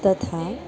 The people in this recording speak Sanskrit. तथा